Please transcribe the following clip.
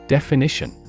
Definition